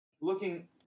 looking